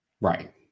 right